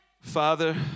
Father